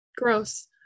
gross